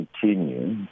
continue